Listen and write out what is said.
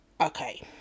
Okay